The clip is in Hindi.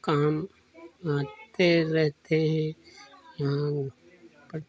काम आते रहते हैं यहाँ कट